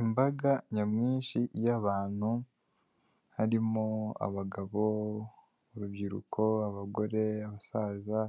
Imbaga nyamwinshi y'abantu, harimo abagabo, urubyiruko, abagore, abasaza,